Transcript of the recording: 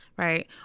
Right